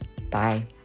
Bye